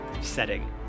setting